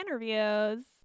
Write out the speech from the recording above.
interviews